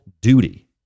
duty